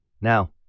Now